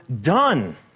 done